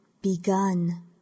begun